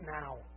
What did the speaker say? now